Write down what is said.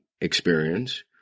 experience